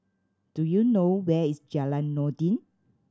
do you know where is Jalan Noordin